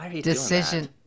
decision